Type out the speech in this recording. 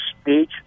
speech